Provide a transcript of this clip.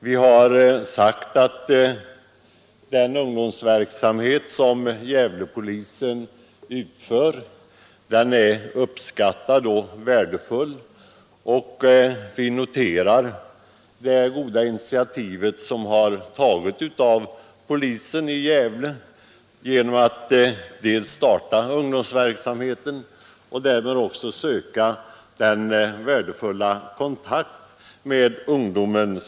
Vi har sagt att den ungdomsverksamhet som Gävlepolisen bedriver är uppskattad och värdefull, och vi noterar det goda initiativ som Gävlepolisen har tagit genom att starta ungdomsverksamheten och därmed söka denna värdefulla kontakt med ungdomen.